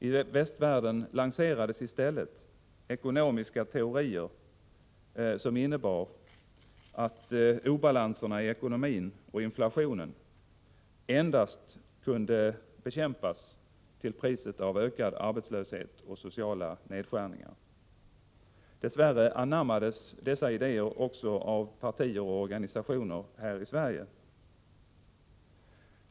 I västvärlden lanserades i stället ekonomiska teorier som innebar att obalansen i ekonomin och inflationen endast kunde bekämpas till priset av ökad arbetslöshet och sociala nedskärningar. Dess värre anammades dessa idéer också av partier och organisationer här i Sverige.